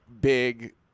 big